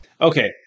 Okay